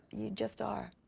you just are.